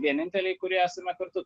vieninteliai kurie esame kartu